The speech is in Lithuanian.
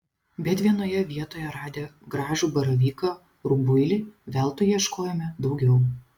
bet vienoje vietoje radę gražų baravyką rubuilį veltui ieškojome daugiau